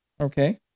okay